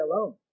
alone